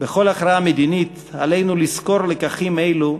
מדינית עלינו לזכור לקחים אלו,